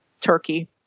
Turkey